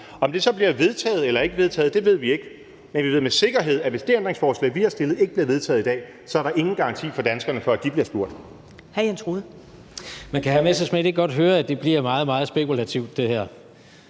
Om det så bliver vedtaget eller ikke bliver vedtaget, ved vi ikke, men vi ved med sikkerhed, at hvis det ændringsforslag, vi har stillet, ikke bliver vedtaget i dag, er der ingen garanti for danskerne for, at de bliver spurgt.